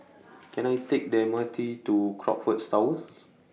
Can I Take The M R T to Crockfords Tower